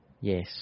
Yes